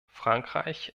frankreich